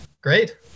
Great